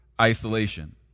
isolation